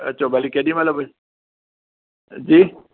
अचो भली केॾीमहिल बि अची